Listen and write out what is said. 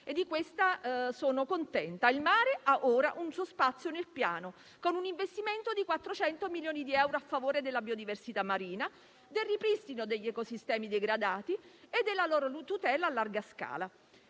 e di questa sono contenta. Il mare ha ora un suo spazio nel Piano con un investimento di 400 milioni di euro a favore della biodiversità marina, del ripristino degli ecosistemi degradati e della loro tutela su larga scala,